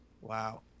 Wow